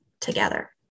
together